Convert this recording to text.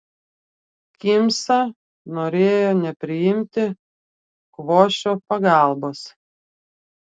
kimsa norėjo nepriimti kvošio pagalbos